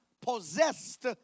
possessed